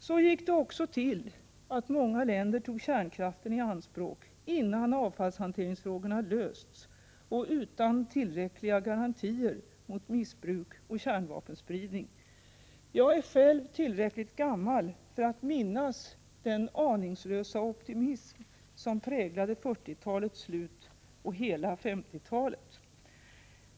Så tog också många länder kärnkraften i anspråk innan avfallshanteringsfrågorna lösts och utan tillräckliga garantier mot missbruk och kärnvapenspridning. Jag är själv tillräckligt gammal för att minnas den aningslösa optimism som präglade 1940-talets slut och hela 1950-talet.